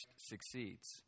succeeds